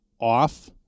off